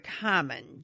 common